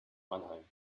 mannheim